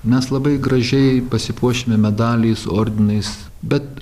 mes labai gražiai pasipuošime medaliais ordinais bet